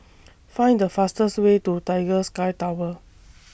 Find The fastest Way to Tiger Sky Tower